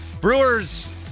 Brewers